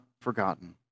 forgotten